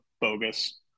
bogus